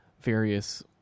various